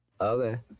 Okay